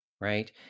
right